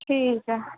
ठीक ऐ